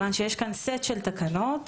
יש כאן סט של תקנות